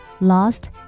lost